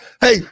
hey